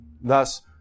Thus